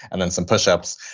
and then some push-ups.